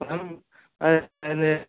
madam இது